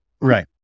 Right